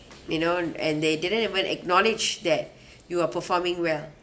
you know and they didn't even acknowledge that you are performing well